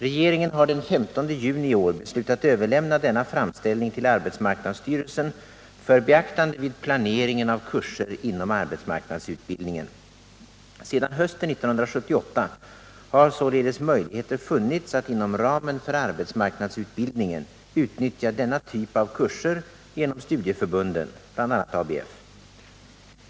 Regeringen har den 15 juni i år beslutat överlämna denna framställning till arbetsmarknadsstyrelsen för beaktande vid planeringen av kurser inom arbetsmarknadsutbildningen. Sedan hösten 1978 har således möjligheter funnits att inom ramen för arbetsmarknadsutbildningen utnyttja denna typ av kurser genom studieförbunden, bl.a. ABF.